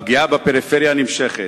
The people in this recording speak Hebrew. הפגיעה בפריפריה נמשכת,